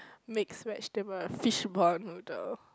mix vegetable fishball noodle